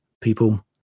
people